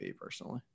personally